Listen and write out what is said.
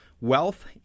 Wealth